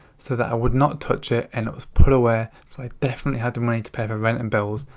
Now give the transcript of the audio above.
so that i would not touch it and it was put away so i definitely had the money to pay for rent and bills,